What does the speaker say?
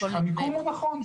המיקום הוא נכון,